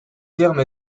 terme